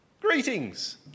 greetings